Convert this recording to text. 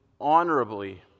honorably